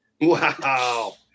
Wow